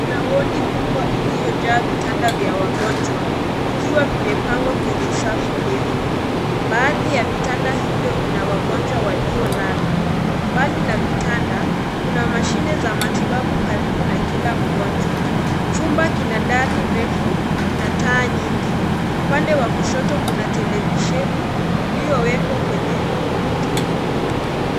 Kuna wodi kubwa iliyojaa vitanda vya wagonjwa vikiwa vimepangwa kwenye safu ndefu . Baadhi ya vitanda hivyo vina wagonjwa waliolala . Mbali na vitanda kuna mashine za matibabu karibu na kila mgonjwa . Chumba kina dari refu na taa nyingi . Upande wa kushoto kuna televisheni iliyowekwa kwenye ukuta.